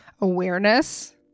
awareness